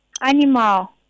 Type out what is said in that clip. Animal